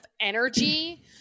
energy